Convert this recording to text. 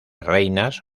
reinas